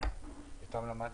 הערות